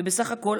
ובסך הכול,